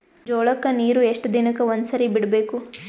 ಜೋಳ ಕ್ಕನೀರು ಎಷ್ಟ್ ದಿನಕ್ಕ ಒಂದ್ಸರಿ ಬಿಡಬೇಕು?